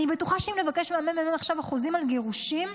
אני בטוחה שאם נבקש ממרכז המחקר והמידע אחוזים על גירושין,